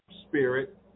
spirit